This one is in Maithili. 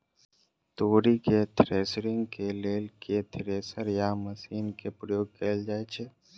तोरी केँ थ्रेसरिंग केँ लेल केँ थ्रेसर या मशीन केँ प्रयोग कैल जाएँ छैय?